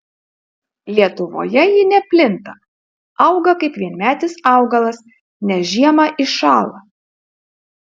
lietuvoje ji neplinta auga kaip vienmetis augalas nes žiemą iššąla